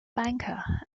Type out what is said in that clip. banker